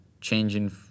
changing